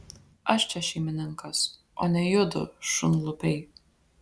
aš čia šeimininkas o ne judu šunlupiai